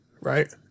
right